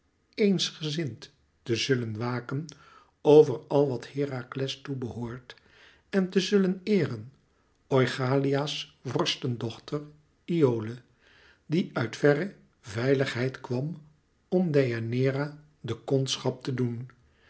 eensgezind te zullen waken over al wat herakles toe behoort en te zullen eeren oichalia's vorstendochter iole die uit verre veiligheid kwam om deianeira de kondschap te doen